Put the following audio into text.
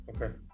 Okay